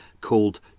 called